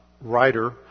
writer